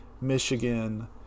Michigan